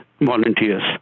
volunteers